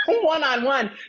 one-on-one